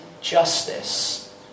justice